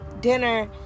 dinner